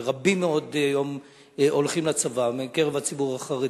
ורבים מאוד הולכים לצבא מקרב הציבור החרדי,